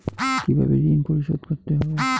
কিভাবে ঋণ পরিশোধ করতে হবে?